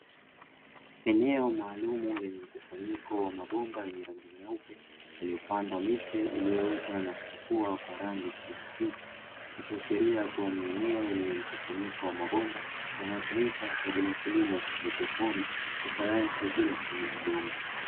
Eneo maalum lenye mkusanyiko wa mabomba yenye rangi nyeupe, yaliyopandwa miche iliyoota na kuchipua kwa rangi picha ya kuwa ni eneo, lenye mkusanyiko wa mabomba yanayotumika kwa ajili ya kilimo cha hydroponi cha kisayansi bila kutumia udongo.